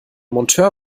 monteur